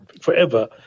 forever